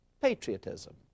patriotism